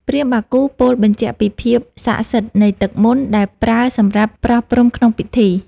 ព្រាហ្មណ៍បាគូពោលបញ្ជាក់ពីភាពស័ក្តិសិទ្ធិនៃទឹកមន្ត ដែលប្រើសម្រាប់ប្រោះព្រំក្នុងពិធី។